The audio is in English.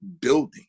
building